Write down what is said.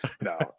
no